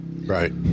Right